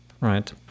Right